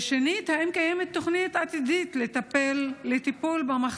2. האם קיימת תוכנית עתידית לטיפול במחסור